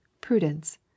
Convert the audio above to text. prudence